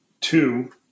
two